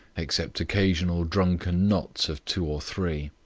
except occasional drunken knots of two or three.